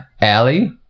Allie